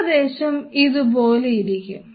ഏകദേശം ഇതുപോലെ ഇരിക്കും